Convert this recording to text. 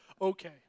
okay